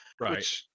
right